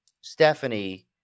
Stephanie